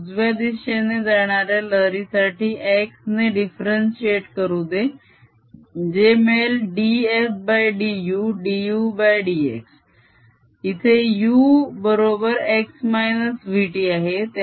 उजव्या दिशेने जाणाऱ्या लहरीसाठी x ने दिफ़ेरेन्शिएट करू दे जे मिळेल dfdu dudx इथे u बरोबर x -vt आहे